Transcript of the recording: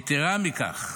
יתרה מכך,